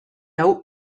hau